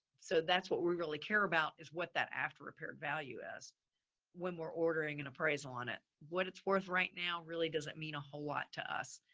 so that's what we really care about is what that after repaired value is when we're ordering an appraisal on it. what it's worth right now really doesn't mean a whole lot to us,